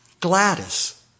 Gladys